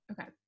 Okay